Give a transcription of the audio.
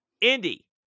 Indy